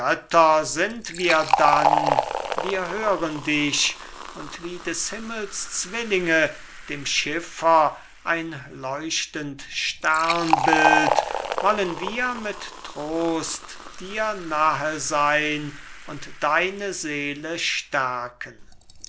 sind wir dann wir hören dich und wie des himmels zwillinge dem schiffer ein leuchtend sternbild wollen wir mit trost die nahe sein und deine seele stärken